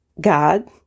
God